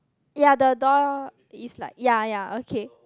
ya the door is like ya ya okay